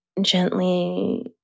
gently